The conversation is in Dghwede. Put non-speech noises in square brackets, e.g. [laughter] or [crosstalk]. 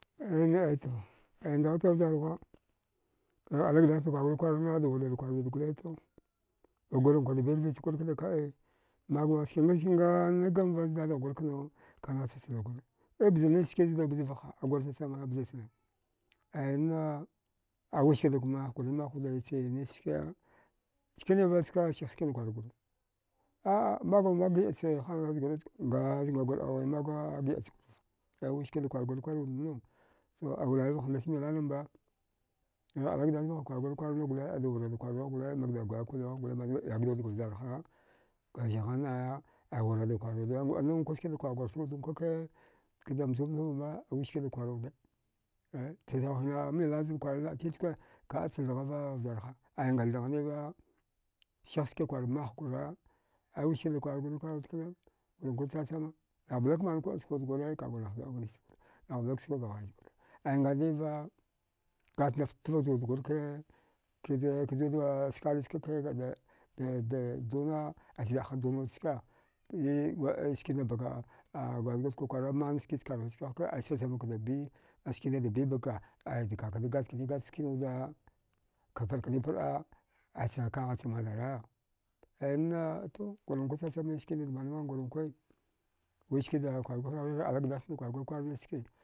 [hesitation] aya to, aya ndauta vjarnukghwa ghigh ali gdass cha kwargorikwarna daurada warwiwud gole to baghurankwa da birvichgurankwa kda ai magumag ski nachske nganagamva zdadaghgur kana kanahcha chna kura ibza nachke zuda bzavaha agur chachama bza chana aya na aya wiskada mahguri mahwuda chnachske chkaniva ska sih skina kwargura a'a magummamagwa nga ngagwar ana magwa giɗachgwarva aya wiskada kwarguri kwarwud manna awurervaha mdach milnana mba ghigh ali gdass vaha kwarguri kwarna gole ayda wurada kwarwigh gole makda kwayalka wuliwagha manwigh gole yagdiwudga vjarha ga zigha naya aywurada kwarwi wuda ngua. an nasankwada kwargursawud kada mchumcha vama wiskada kwar wuda chsau hina milnan zan kwari laɗ titkwe kacha thgava vjarha aya nga thaghniva sihskikwar mahgura aya wiskada kwarguri kwar wud kna gurankwa chachama, nahblak mani kuɗ chkawud gure kagurnah za'u ganise nahblaguk skwiga ghaichgura aya anganiva gatnaft dvachwudgurki ke kajuda skarniska [hesitation] de duna aicha zaɗhaddunawudske ai skinacha baka gwadjgaft kwakwara manskid karfichka hakana aya chachamvakada bi askina da bibaka aya kakadaju gatknugat skin wuda ka parɗkniparɗa aicha kaghacha manaraya aya na to gurunkwa chachama skinada manuman gurankwai wiskada kwargurikwar ghigha ali gdass na kwargurikwar nchske